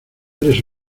eres